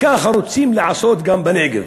וכך רוצים לעשות גם בנגב.